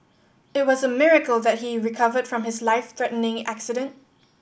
it was a miracle that he recovered from his life threatening accident